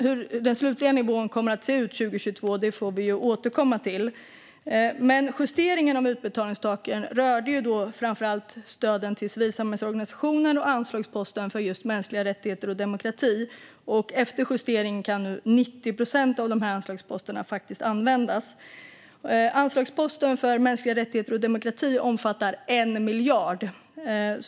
Hur den slutliga nivån kommer att se ut 2022 får vi återkomma till. Men justeringen av utbetalningstaken rörde framför allt stöden till civilsamhällesorganisationer och anslagsposten för just mänskliga rättigheter och demokrati. Efter justeringen kan 90 procent av anslagsposterna faktiskt användas. Anslagsposten för mänskliga rättigheter och demokrati omfattar 1 miljard.